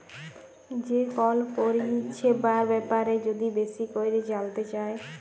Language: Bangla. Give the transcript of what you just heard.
যে কল পরিছেবার ব্যাপারে যদি বেশি ক্যইরে জালতে চায়